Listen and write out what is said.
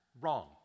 wrong